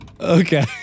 okay